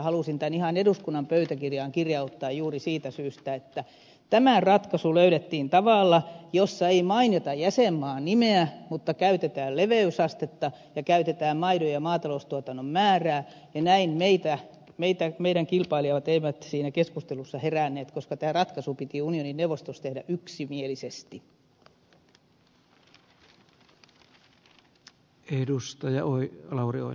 halusin tämän ihan eduskunnan pöytäkirjaan kirjauttaa juuri siitä syystä että tämä ratkaisu löydettiin tavalla jossa ei mainita jäsenmaan nimeä mutta käytetään leveysastetta ja käytetään maidon ja maataloustuotannon määrää ja näin meidän kilpailijamme eivät siinä keskustelussa heränneet koska tämä ratkaisu piti unionin neuvostossa tehdä yksimielisesti